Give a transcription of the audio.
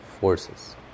forces